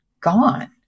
gone